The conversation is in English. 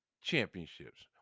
championships